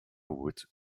wood